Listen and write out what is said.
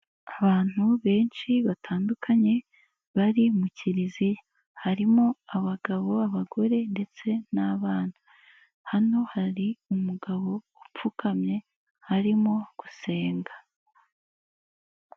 Abantu benshi batandukanye bari mu kiriziya. Harimo abagabo, abagore ndetse n'abana. Hano hari umugabo upfukamye arimo gusenga.